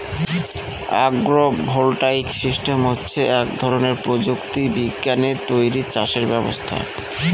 আগ্র voltaic system হচ্ছে এক ধরনের প্রযুক্তি বিজ্ঞানে তৈরী চাষের ব্যবস্থা